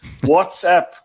WhatsApp